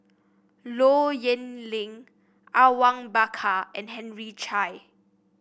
Low Yen Ling Awang Bakar and Henry Chia